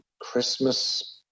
Christmas